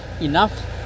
enough